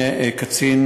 קצין,